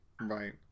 Right